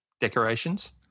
decorations